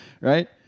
Right